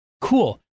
cool